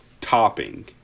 topping